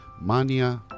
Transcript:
Mania